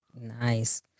Nice